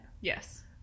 Yes